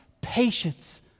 patience